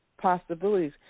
possibilities